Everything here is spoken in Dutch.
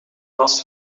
last